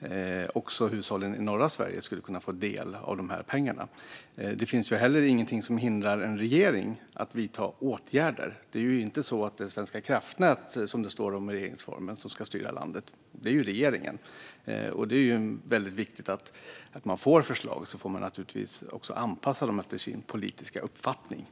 även hushållen i norra Sverige skulle kunna få del av pengarna. Det finns heller ingenting som hindrar en regering att vidta åtgärder. Det är inte så att det är står i regeringsformen att det är Svenska kraftnät som ska styra landet, utan det är regeringen. När man får förslag får man naturligtvis anpassa dem efter sin politiska uppfattning.